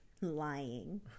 Lying